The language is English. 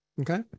Okay